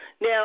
Now